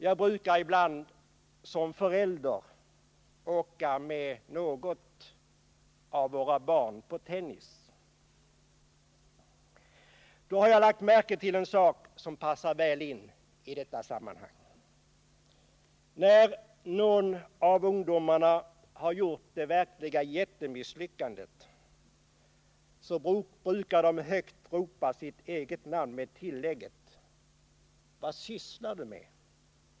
Jag brukar ibland — som förälder — åka med något av våra barn till tennis. Då har jag lagt märke till en sak som passar väl in i detta sammanhang. När någon av ungdomarna har gjort det verkliga jättemisslyckandet brukar vederbörande högt ropa sitt eget namn, med tillägget: Vad sysslar du med?